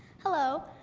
hello,